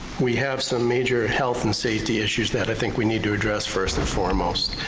we have some major health and safety issues that i think we need to address first and foremost.